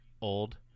old